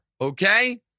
okay